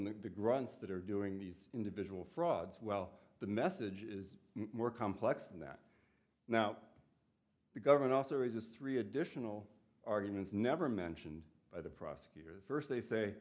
the grunts that are doing these individual frauds well the message is more complex than that now the government also raises three additional arguments never mentioned by the prosecutor the first they say